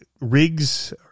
rigs